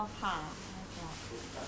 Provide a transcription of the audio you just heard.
eh 怕到 !siala! ah